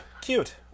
Cute